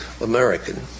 American